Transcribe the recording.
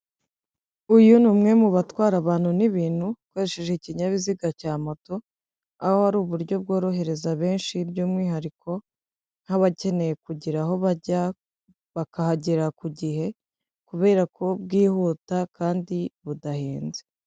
Uyu ni umwe mu batwara abantu n'ibintu akoresheje ikinyabiziga cya moto, aho ari uburyo bworohereza benshi by'umwihariko nk'abakeneye kugera aho bajya bakahagera ku gihe, kubera ko bwihuta kandi budahenze.